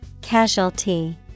Casualty